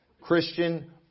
Christian